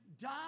die